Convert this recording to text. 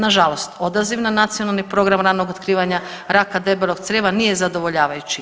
Na žalost odaziva na Nacionalni program ranog otkrivanja raka debelog crijeva nije zadovoljavajući.